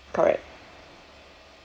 correct